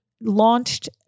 launched